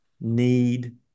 need